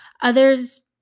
others